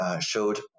showed